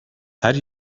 her